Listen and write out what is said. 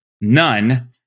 none